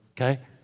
okay